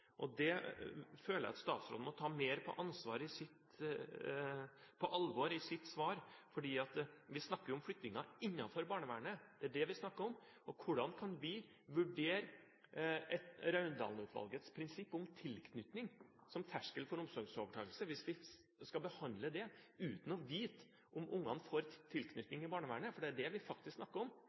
Det føler jeg at statsråden må ta mer på alvor i sitt svar, for vi snakker om flyttinger innenfor barnevernet. Det er det vi snakker om. Hvordan kan vi vurdere Raundalen-utvalgets prinsipp om tilknytning som terskel for omsorgsovertakelse hvis vi skal behandle det uten å vite om ungene får tilknytning i barnevernet, for det er faktisk det vi snakker om.